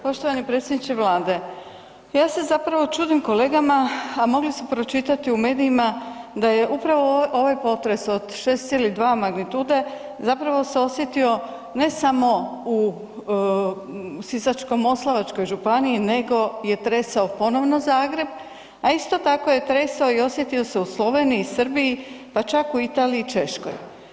Poštovani predsjedniče Vlade, ja se zapravo čudim kolegama a mogli su pročitati u medijima da je upravo ovaj potres od 6,2 magnitude zapravo se osjetio ne samo u Sisačko-moslavačkoj županiji nego je tresao ponovno Zagreb a isto tako je tresao i osjetio se Sloveniji, Srbiji, pa čak i u Italiji u Češkoj.